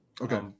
Okay